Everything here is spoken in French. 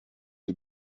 est